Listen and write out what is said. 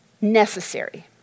necessary